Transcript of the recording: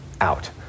out